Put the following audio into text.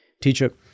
teacher